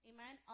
Amen